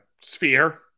Sphere